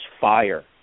fire